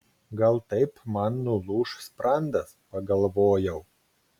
gal taip man nulūš sprandas pagalvojau